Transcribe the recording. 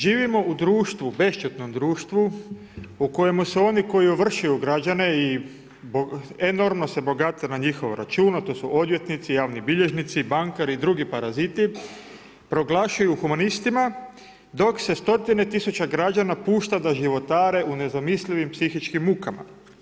Živimo u društvu, u bešćutnom društvu u kojem se oni koji ovršuju građane i enormno se bogate na njihov račun a to su odvjetnici, javni bilježnici, bankari i drugi paraziti, proglašuju humanistima dok se stotine tisuće građana pušta da životare u nezamislivim psihičkim mukama.